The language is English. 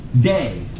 day